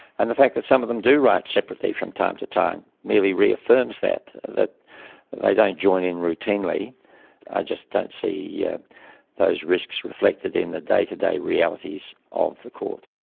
and the fact that some of them do write separately from time to time merely reaffirms that, that they don't join in routinely. i just don't see yeah those risks reflected in the day-to-day realities of the court.